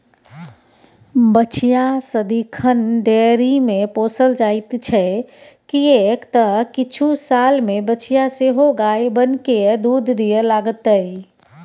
बछिया सदिखन डेयरीमे पोसल जाइत छै किएक तँ किछु सालमे बछिया सेहो गाय बनिकए दूध दिअ लागतै